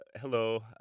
Hello